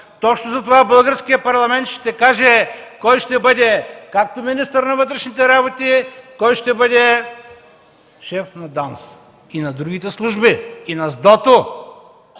Точно затова Българският парламент ще каже кой да бъде министър на вътрешните работи, кой да бъде шеф на ДАНС и на другите служби – на СДОТО.